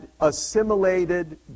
assimilated